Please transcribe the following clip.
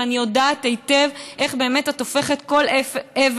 ואני יודעת היטב איך באמת את הופכת כל אבן,